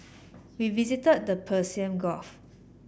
we visited the Persian Gulf